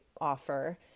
offer